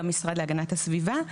במשרד להגנת הסביבה,